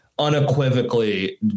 unequivocally